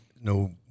no